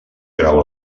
grau